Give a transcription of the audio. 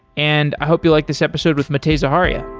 and i hope you like this episode with matei zaharia